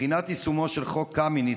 לבחינת יישומו של "חוק קמיניץ",